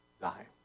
die